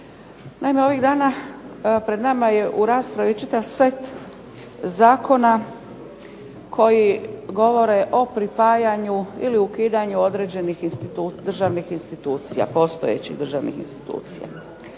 Naime ovih dana pred nama je u raspravi čitav set zakona koji govore o pripajanju ili ukidanju određenih državnih institucija, postojećih državnih institucija.